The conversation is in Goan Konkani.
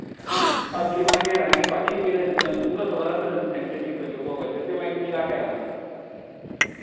हय फ्ली मार्केट आनी बाकी कितें तुमकां खबर आसतलें न्हूं थंय प्लेसी खंयच्यो पोवपाच्यो त्यो मागीर तुमी दाखयात आमकां